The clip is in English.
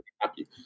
happy